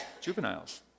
juveniles